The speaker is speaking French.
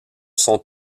sont